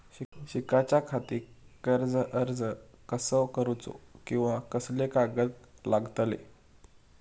शिकाच्याखाती कर्ज अर्ज कसो करुचो कीवा कसले कागद लागतले?